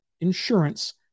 insurance